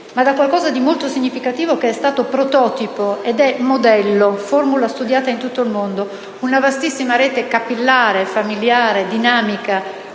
ma da qualcosa di molto significativo che è stato prototipo, ed è modello, formula studiata in tutto il mondo: una vastissima rete capillare, familiare, dinamica,